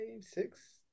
six